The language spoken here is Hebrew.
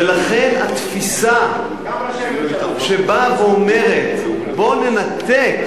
ולכן התפיסה שבאה ואומרת: בואו ננתק